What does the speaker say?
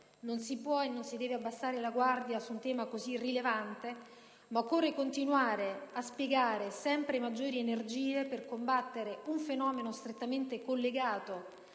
Non si può e non si deve abbassare la guardia su un tema così rilevante, ma occorre continuare a spiegare sempre maggiori energie per combattere un fenomeno strettamente collegato